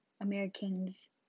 Americans